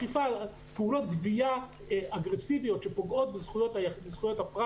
פעולות גבייה אגרסיביות שפוגעות בזכויות הפרט